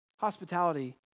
Hospitality